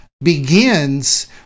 begins